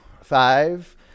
Five